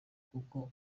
kuko